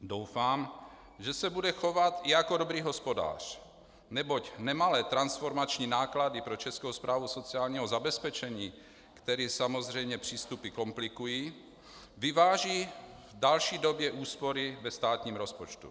Doufám, že se bude chovat jako dobrý hospodář, neboť nemalé transformační náklady pro Českou správu sociálního zabezpečení, které samozřejmě přístupy komplikují, vyváží v další době úspory ve státním rozpočtu.